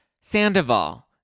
sandoval